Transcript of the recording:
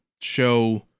show